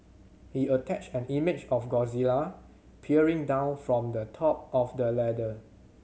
he attached an image of Godzilla peering down from the top of the ladder